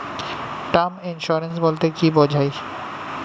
Term insurance বলতে কী বোঝায়?